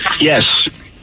Yes